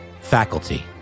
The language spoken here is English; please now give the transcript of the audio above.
faculty